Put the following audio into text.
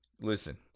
Listen